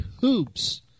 hoops